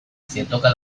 zientoka